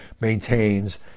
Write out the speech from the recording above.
maintains